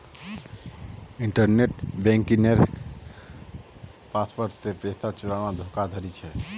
internet बन्किंगेर password से पैसा चुराना धोकाधाड़ी छे